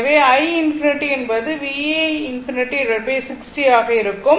எனவே i ∞ என்பது V1∞60 ஆக இருக்கும்